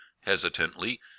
hesitantly